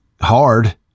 hard